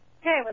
Hey